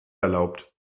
erlaubt